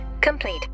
complete